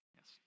Yes